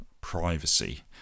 privacy